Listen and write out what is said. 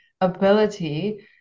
ability